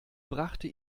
brachte